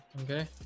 okay